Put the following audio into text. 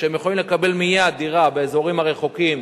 הם יכולים לקבל דירה מייד באזורים הרחוקים.